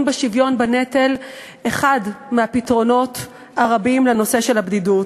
בשוויון בנטל אחד הפתרונות הרבים לנושא הבדידות.